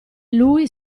lui